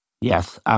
Yes